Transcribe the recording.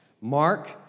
Mark